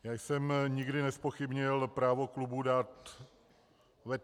Já jsem nikdy nezpochybnil právo klubu dát veto.